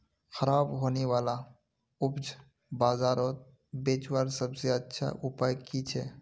ख़राब होने वाला उपज बजारोत बेचावार सबसे अच्छा उपाय कि छे?